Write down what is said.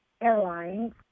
airlines